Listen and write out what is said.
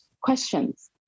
questions